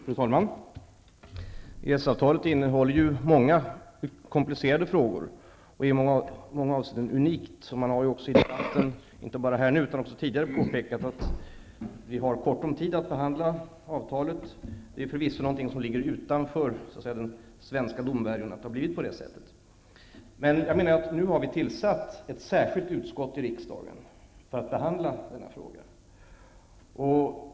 Fru talman! EES-avtalet innehåller många komplicerade frågor. I många avseenden är avtalet unikt. I debatten, inte bara här utan också tidigare, har det påpekats att vi har kort tid att behandla avtalet. Att det har blivit så är förvisso något som ligger utanför den svenska domvärjon. Men nu har ett särskilt utskott tillsatts i riksdagen för att behandla frågan.